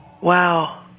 wow